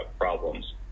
problems